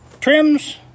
trims